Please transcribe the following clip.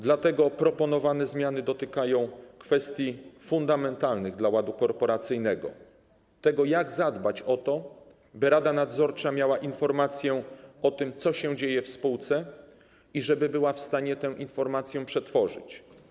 Dlatego proponowane zmiany dotykają kwestii fundamentalnych dla ładu korporacyjnego, tego, jak zadbać o to, by rada nadzorcza miała informację o tym, co się dzieje w spółce i żeby była w stanie tę informację przetworzyć.